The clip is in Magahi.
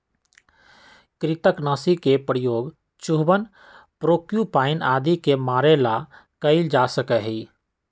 कृन्तकनाशी के प्रयोग चूहवन प्रोक्यूपाइन आदि के मारे ला कइल जा हई